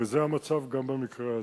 וזה המצב גם במקרה זה.